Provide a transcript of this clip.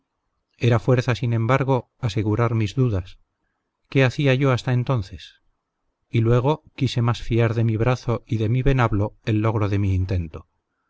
era fuerza sin embargo asegurar mis dudas qué hacía yo hasta entonces y luego quise más fiar de mi brazo y de mi venablo el logro de mi intento